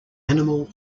animal